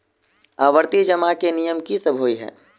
आवर्ती जमा केँ नियम की सब होइ है?